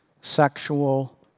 sexual